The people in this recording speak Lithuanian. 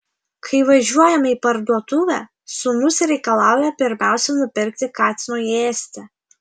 kai važiuojame į parduotuvę sūnus reikalauja pirmiausia nupirkti katinui ėsti